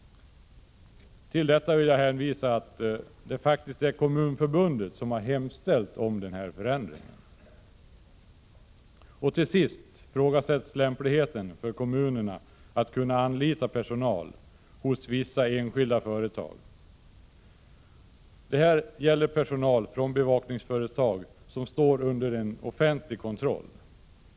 Till detta kan jag hänvisa till att det faktiskt är Kommunförbundet som hemställt om förändringen. Till sist, fru talman, vill jag säga att lämpligheten för kommunerna att anlita personal hos vissa enskilda företag har ifrågasatts. Det gäller här personal från bevakningsföretag som står under offentlig kontroll.